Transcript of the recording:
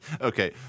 Okay